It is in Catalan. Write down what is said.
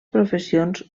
professions